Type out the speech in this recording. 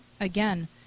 Again